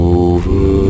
over